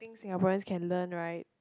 Singaporeans can learn right